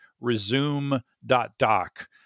resume.doc